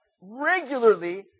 regularly